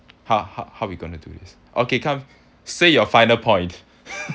ho~ ho~ how we're going to do this okay come say your final point